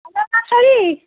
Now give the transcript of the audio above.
Haldar nursery